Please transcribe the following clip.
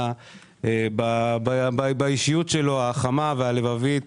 לפתור את הדברים באישיות החמה והלבבית שלו.